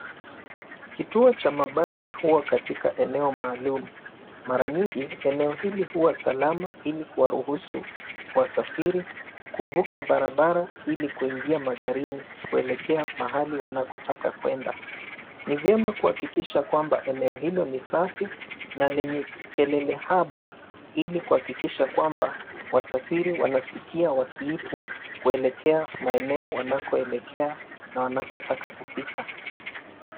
Kituo cha mabasi huwa katika eneo maalum. Mara nyingi, eneo hili huwa salama ili kuwaruhusu wasafiri kuvuka barabara ili kuingia magarini kuelekea mahali wanakotaka kwenda. Ni vyema kuhakikisha kwamba eneo hilo ni safi na lenye kelele haba ili kuhakikisha kwamba wasafiri wanasikia wakiitwa kuelekea maeneo wanakoelekea na wanakotaka kufika.